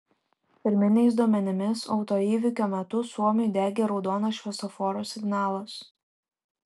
pirminiais duomenimis autoįvykio metu suomiui degė raudonas šviesoforo signalas